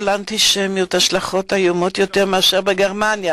לאנטישמיות השלכות איומות יותר מאשר בגרמניה,